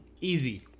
Easy